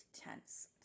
tense